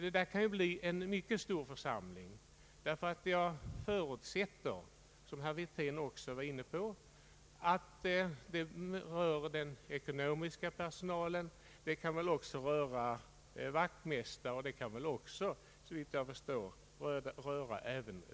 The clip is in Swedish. Detta kan bli en mycket stor församling, därför att jag förutsätter — vilket även herr Wirtén var inne på — att då skall också den ekonomiska personalen, t.ex. vaktmästare och städningspersonal, bli representerad.